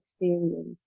experience